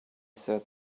said